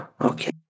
Okay